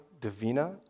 Divina